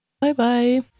Bye-bye